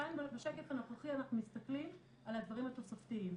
כאן בשקף אנחנו מסתכלים על הדברים התוספתיים.